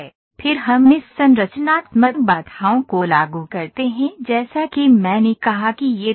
slide time देखें 3751 फिर हम इस संरचनात्मक बाधाओं को लागू करते हैं जैसा कि मैंने कहा कि ये तय हैं